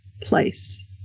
place